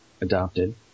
adopted